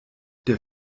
der